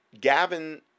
Gavin